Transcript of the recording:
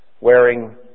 wearing